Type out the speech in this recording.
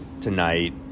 tonight